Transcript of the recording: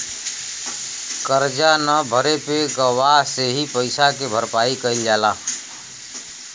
करजा न भरे पे गवाह से ही पइसा के भरपाई कईल जाला